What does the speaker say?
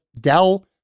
Dell